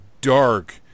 dark